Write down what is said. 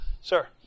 sir